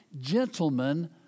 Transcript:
gentlemen